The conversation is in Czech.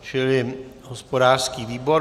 Čili hospodářský výbor.